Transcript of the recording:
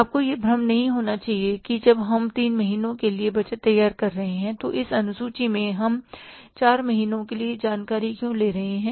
आपको यह भ्रम नहीं होना चाहिए कि जब हम 3 महीने के लिए बजट तैयार कर रहे हैं तो इस अनुसूची में हम 4 महीने के लिए जानकारी क्यों ले रहे हैं